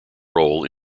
role